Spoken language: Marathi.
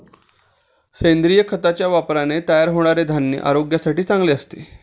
सेंद्रिय खताच्या वापराने तयार होणारे धान्य आरोग्यासाठी चांगले असते